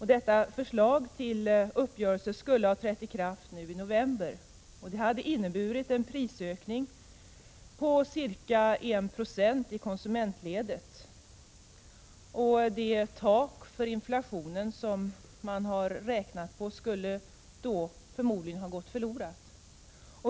Överenskommelsen om prisreglering skulle ha trätt i kraft i november. Det hade inneburit en prisökning på ca 1 90 i konsumentledet. Det tak för inflationen som man hade räknat på skulle då förmodligen ha gått förlorat.